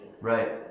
Right